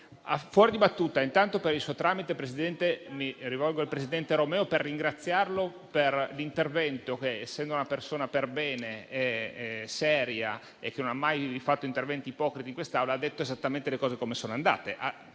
Fuori di battuta, per il suo tramite, Presidente, mi rivolgo al presidente Romeo per ringraziarlo del suo intervento. Essendo una persona perbene e seria, che non ha mai fatto interventi ipocriti in quest'Aula, egli ha detto esattamente le cose come sono andate.